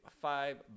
five